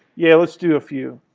yeah, let's do a few.